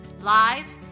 live